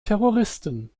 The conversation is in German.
terroristen